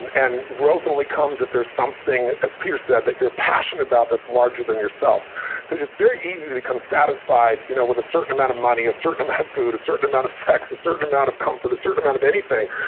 and and growth only comes if there's something, as peter said, that you're passionate about that's larger than yourself because it's very easy to become satisfied you know with a certain amount of money, a certain amount of food, a certain amount of sex, a certain amount of comfort, a certain amount of anything,